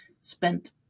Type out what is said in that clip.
spent